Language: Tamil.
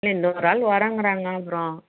இல்லை இன்னொரு ஆள் வரேங்கிறாங்க அப்புறம்